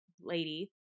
lady